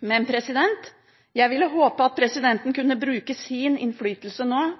Men jeg ville håpe at presidenten nå kunne bruke sin innflytelse